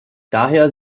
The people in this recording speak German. daher